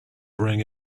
ring